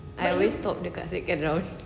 I always stop dekat second around